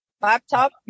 laptop